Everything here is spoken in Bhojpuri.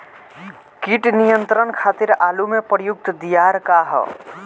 कीट नियंत्रण खातिर आलू में प्रयुक्त दियार का ह?